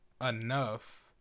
enough